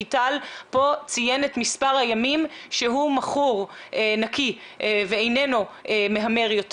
כי טל פה ציין את מספר הימים שהוא נקי ואיננו מהמר יותר.